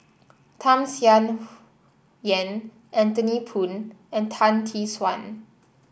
Tham Sien Yen Anthony Poon and Tan Tee Suan